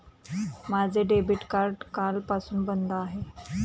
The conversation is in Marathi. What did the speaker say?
माझे डेबिट कार्ड कालपासून बंद आहे